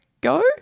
go